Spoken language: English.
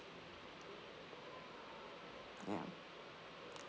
ya